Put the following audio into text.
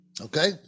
Okay